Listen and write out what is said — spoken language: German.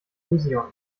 symposion